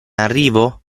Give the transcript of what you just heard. arrivo